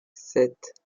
sept